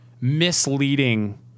misleading